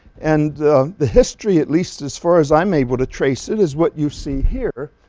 and the history, at least as far as i'm able to trace it, is what you see here.